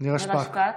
נירה שפק,